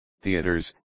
theaters